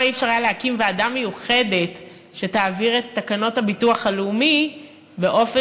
למה אי-אפשר היה להקים ועדה מיוחדת שתעביר את תקנות הביטוח הלאומי באופן